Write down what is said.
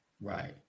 Right